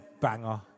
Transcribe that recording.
banger